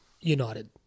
United